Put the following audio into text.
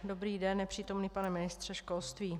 Dobrý den, nepřítomný pane ministře školství.